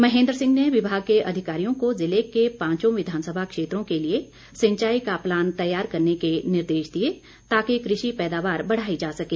महेन्द्र सिंह ने विभाग के अधिकारियों को जिले के पांचों विधानसभा क्षेत्रों के लिए सिंचाई का प्लान तैयार करने के निर्देश दिए ताकि कृषि पैदावार बढ़ाई जा सके